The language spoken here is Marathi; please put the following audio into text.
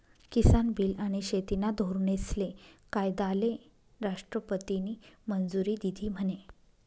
किसान बील आनी शेतीना धोरनेस्ले कायदाले राष्ट्रपतीनी मंजुरी दिधी म्हने?